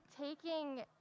taking